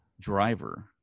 Driver